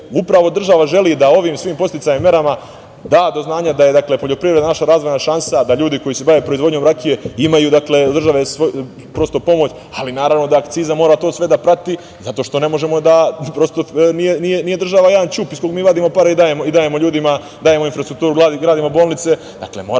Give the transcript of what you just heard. upravo država želi da ovim svojim podsticajnim merama da do znanja da je poljoprivreda naša razvojna šansa, da ljudi koji se bave proizvodnjom rakije imaju od države pomoć, ali naravno da akciza mora to sve da prati, zato što nije država jedan ćup iz kog mi vadimo pare i dajemo ljudima, dajemo infrastrukturi, gradimo bolnice, dakle, moramo da imamo jednu jasnu